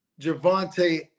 Javante